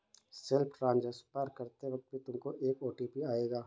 self transfer करते वक्त भी तुमको एक ओ.टी.पी आएगा